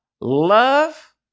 love